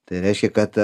tai reiškia kad